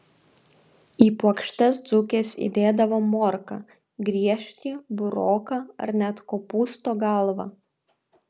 į puokštes dzūkės įdėdavo morką griežtį buroką ar net kopūsto galvą